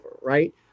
Right